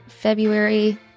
February